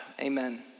amen